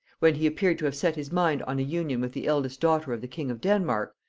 when he appeared to have set his mind on a union with the eldest daughter of the king of denmark,